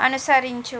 అనుసరించు